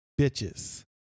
Bitches